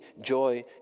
joy